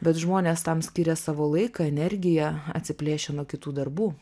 bet žmonės tam skiria savo laiką energiją atsiplėšia nuo kitų darbų